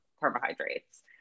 carbohydrates